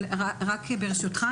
אבל ברשותך,